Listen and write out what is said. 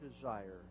desire